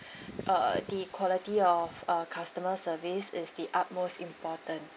uh the quality of uh customer service is the utmost important